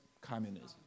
communism